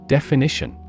Definition